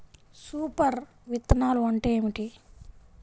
Super విత్తనాలు అంటే ఏమిటి?